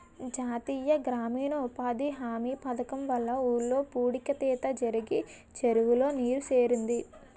జాతీయ గ్రామీణ ఉపాధి హామీ పధకము వల్ల ఊర్లో పూడిక తీత జరిగి చెరువులో నీరు సేరింది